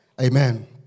Amen